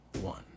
one